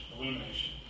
Illumination